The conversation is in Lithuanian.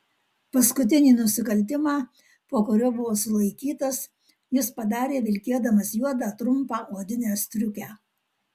paskutinį nusikaltimą po kurio buvo sulaikytas jis padarė vilkėdamas juodą trumpą odinę striukę